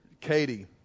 Katie